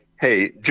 hey